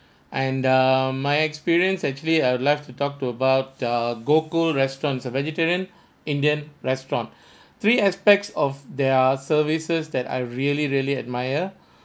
and err my experience actually uh I like to talk to about uh Gokul restaurant a vegetarian indian restaurant three aspects of their services that I really really admire